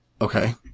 Okay